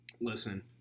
Listen